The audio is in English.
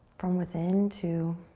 from within to